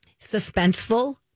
suspenseful